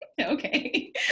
Okay